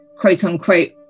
quote-unquote